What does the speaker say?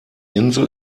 insel